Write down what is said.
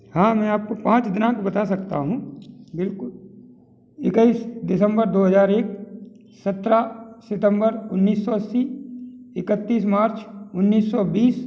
हाँ मैं आपको पाँच दिनांक बता सकता हूँ बिलकुल इक्कीस दिसंबर दो हजार एक सत्रह सितंबर उन्नीस सौ अस्सी इकतीस मार्च उन्नीस सौ बीस